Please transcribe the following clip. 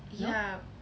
nope